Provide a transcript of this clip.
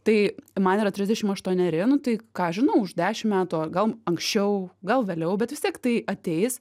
tai man yra trisdešim aštuoneri nu tai ką aš žinau už dešim metų gal anksčiau gal vėliau bet vis tiek tai ateis